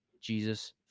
Jesus